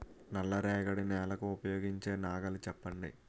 నల్ల రేగడి నెలకు ఉపయోగించే నాగలి చెప్పండి?